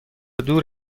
دور